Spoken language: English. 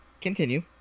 Continue